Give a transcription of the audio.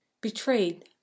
Betrayed